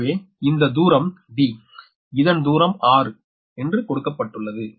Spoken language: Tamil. எனவே இந்த தூரம் D இதன் தூரம் 6 என்று கொடுக்கப்பட்டுள்ளது